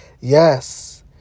Yes